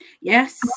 Yes